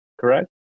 correct